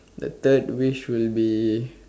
the third wish will be